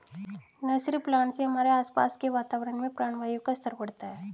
nursery plant से हमारे आसपास के वातावरण में प्राणवायु का स्तर बढ़ता है